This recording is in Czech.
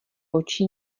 očí